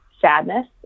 sadness